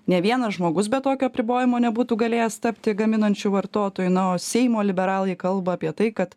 nė vienas žmogus be tokio apribojimo nebūtų galėjęs tapti gaminančiu vartotoju na o seimo liberalai kalba apie tai kad